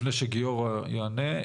לפני שגיורא יענה.